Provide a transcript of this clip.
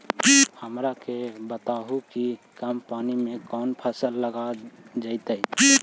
हमरा के बताहु कि कम पानी में कौन फसल लग जैतइ?